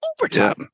overtime